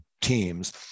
teams